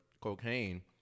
cocaine